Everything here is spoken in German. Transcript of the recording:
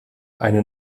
eine